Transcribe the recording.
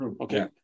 Okay